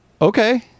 okay